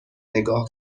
نگاه